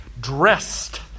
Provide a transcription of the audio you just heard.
dressed